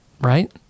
Right